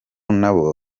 nabo